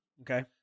Okay